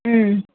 ம்